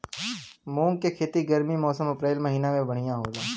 मुंग के खेती गर्मी के मौसम अप्रैल महीना में बढ़ियां होला?